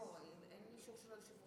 אין לו מענה.